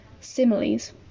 Similes